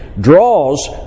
draws